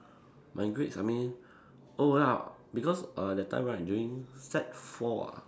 my grades I mean oh ya because err that time right during sec four ah